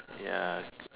ya